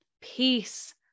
peace